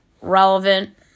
relevant